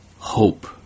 Hope